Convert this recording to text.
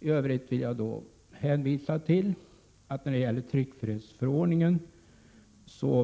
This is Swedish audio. I övrigt vill jag hänvisa till att när det gäller tryckfrihetsförordningen